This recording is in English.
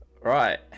Right